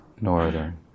Northern